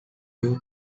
youth